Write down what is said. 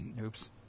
Oops